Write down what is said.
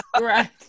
right